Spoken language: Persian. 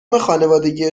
خانوادگی